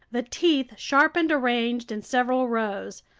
the teeth sharp and arranged in several rows,